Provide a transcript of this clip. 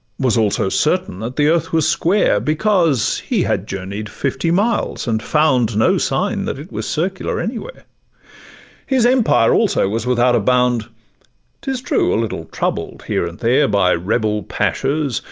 was also certain that the earth was square, because he had journey'd fifty miles, and found no sign that it was circular anywhere his empire also was without a bound t is true, a little troubled here and there, by rebel pachas,